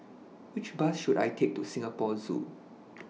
Which Bus should I Take to Singapore Zoo